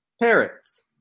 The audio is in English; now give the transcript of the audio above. parrots